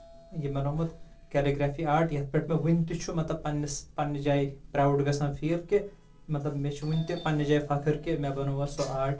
یہِ بَنوومُت calligraphy art یَتھ پٮ۪ٹھ مےٚ ؤنۍ تہِ چھُ مطلب پَنٕنِس پَنٕنہِ جایہِ پراوُڈ گژھان فیٖل کہِ مطلب مےٚ چھُ ؤنۍ تہِ پَنٕنہِ جایہِ فَخر کہِ مےٚ بَنووا سُہ آٹ